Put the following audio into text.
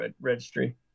registry